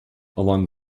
along